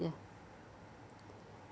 ya